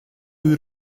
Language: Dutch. uur